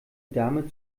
dame